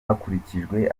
hakurikijwe